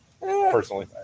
personally